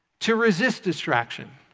to resist distraction.